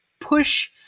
push